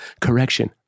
correction